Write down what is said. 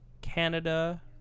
Canada